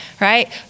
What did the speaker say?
right